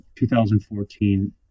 2014